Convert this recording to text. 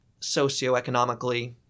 socioeconomically